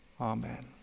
amen